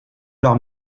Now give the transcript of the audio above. leurs